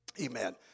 Amen